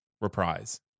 reprise